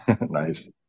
Nice